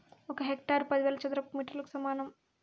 ఒక హెక్టారు పదివేల చదరపు మీటర్లకు సమానం